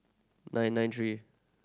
nine nine three